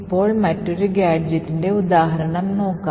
ഇപ്പോൾ മറ്റൊരു ഗാഡ്ജെറ്റിന്റെ ഉദാഹരണം നോക്കാം